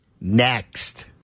next